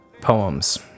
poems